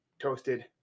Toasted